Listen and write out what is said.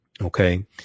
okay